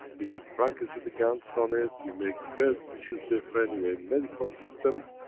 you make blankets with the gans on it, you make beds which is different, you make medical systems,